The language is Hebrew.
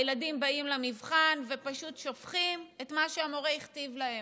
הילדים באים למבחן ופשוט שופכים את מה שהמורה הכתיב להם,